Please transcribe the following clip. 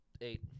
eight